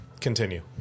Continue